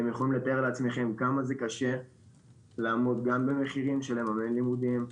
אתם יכולים לתאר לעצמכם כמה זה קשה לעמוד גם במחירים של לממן לימודים,